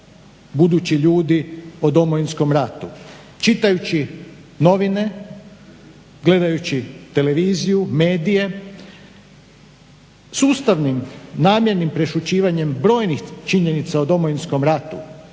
budući ljudi o Domovinskom ratu. Čitajući novine, gledajući TV, medije, sustavnim namjernim prešućivanjem brojnih činjenica o Domovinskom ratu